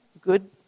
good